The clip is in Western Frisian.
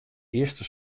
earste